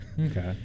Okay